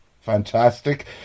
fantastic